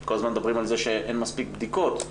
כל הזמן מדברים על זה שאין מספיק בדיקות,